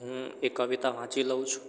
હું એ કવિતા વાંચી લઉં છું